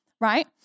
right